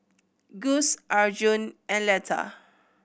Gust Arjun and Letha